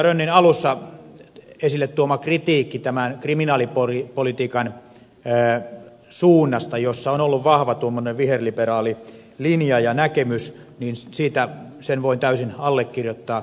rönnin alussa esille tuoman kritiikin tämän kriminaalipolitiikan suunnasta jossa on ollut vahva tuommoinen viherliberaalilinja ja näkemys voin täysin allekirjoittaa ed